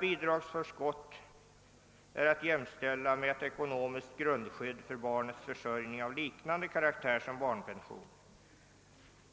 Bidragsförskott är efter 1964 års reform i ämnet att jämställa med ett ekonomiskt grundskydd för barnets försörjning av liknande karaktär som barnpension.»